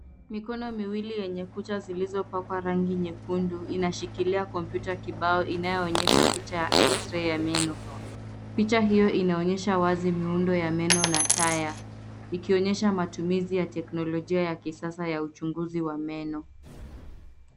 Mikono miwili yenye kucha zilizopakwa rangi nyekundu inashikilia kompyuta kibao inayoonyesha picha ya X-ray ya meno. Picha hiyo inaonyesha wazi miundo ya meno na taya ikionyesha matumizi ya teknolojia ya kisasa ya uchunguzi wa meno.